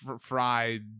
fried